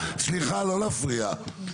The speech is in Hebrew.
סליחה, לא להפריע.